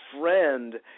friend